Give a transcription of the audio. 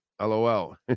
LOL